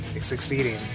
succeeding